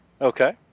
Okay